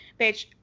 bitch